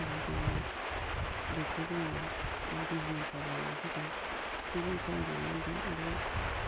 ओमफाय बे बेखौ जोङो बिजनिनिफ्राय लाना फैदों बिजों जों फोरोंजानो मोन्दों ओमफाय